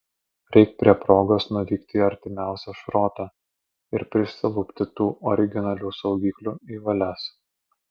reik prie progos nuvykti į artimiausią šrotą ir prisilupti tų originalių saugiklių į valias